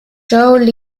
joe